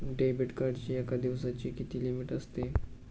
Debit कार्डची एका दिवसाची किती लिमिट असते?